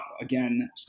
again